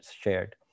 shared